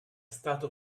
stato